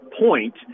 point